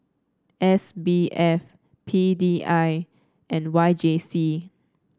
S B F P D I and Y J C